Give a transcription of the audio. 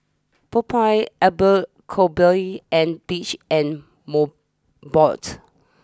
Popeyes Abercrombie and Fitch and Mobot